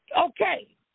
Okay